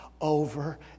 over